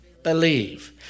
believe